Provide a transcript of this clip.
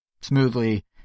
smoothly